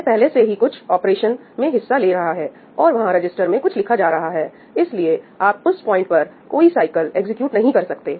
यह पहले से ही कुछ ऑपरेशन में हिस्सा ले रहा है और वहां रजिस्टर में कुछ लिखा जा रहा है इसलिए आप उस पॉइंट पर कोई साइकिल एग्जीक्यूट नहीं कर सकते